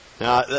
Now